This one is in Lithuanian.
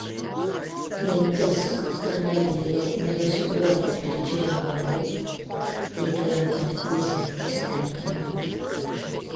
mintis kad kornelija jau nebesiūbuoja išdidžiai ant bangų teikė jam kone fizinį pasitenkinimą